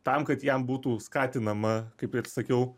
tam kad jam būtų skatinama kaip ir sakiau